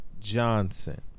Johnson